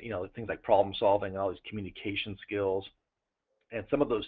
you know things like problem solving, all these communication skills and some of those